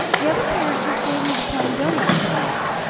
the other parent just gave you the plain donut information.